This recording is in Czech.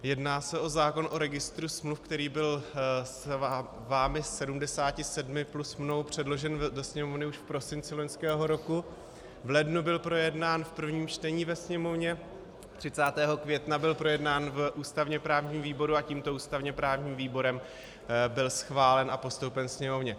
Jedná se o zákon o registru smluv, který byl vámi, sedmdesáti sedmi, plus mnou předložen do Sněmovny už v prosinci loňského roku, v lednu byl projednán v prvním čtení ve Sněmovně, 30. května byl projednán v ústavněprávním výboru a tímto ústavněprávním výborem byl schválen a postoupen Sněmovně.